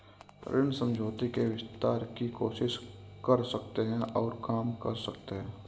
ऋण समझौते के विस्तार की कोशिश कर सकते हैं और काम कर सकते हैं